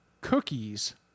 cookies